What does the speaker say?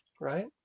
right